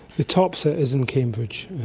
the top set is in cambridge,